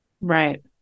Right